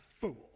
fool